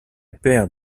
père